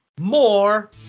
More